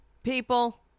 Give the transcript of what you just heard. People